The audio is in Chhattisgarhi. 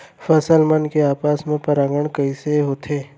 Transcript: फसल मन के आपस मा परागण कइसे होथे?